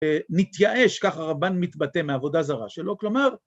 ‫נתייאש כך הרבן מתבטא ‫מהעבודה זרה שלו, כלומר...